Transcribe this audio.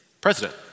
President